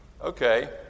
Okay